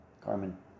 carmen